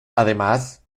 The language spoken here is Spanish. además